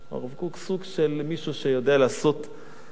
הרב קוק, של מישהו שיודע לעשות צנזורה.